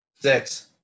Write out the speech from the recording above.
six